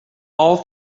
all